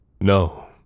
No